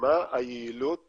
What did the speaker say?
מה היעילות